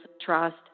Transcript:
trust